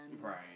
right